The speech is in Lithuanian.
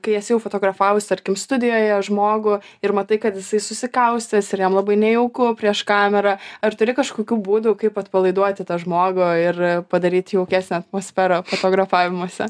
kai esi jau fotografavus tarkim studijoje žmogų ir matai kad jisai susikaustęs ir jam labai nejauku prieš kamerą ar turi kažkokių būdų kaip atpalaiduoti tą žmogų ir padaryti jaukesnę atmosferą fotografavimuose